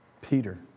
Peter